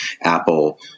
Apple